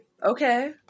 Okay